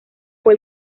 fue